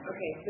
Okay